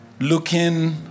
looking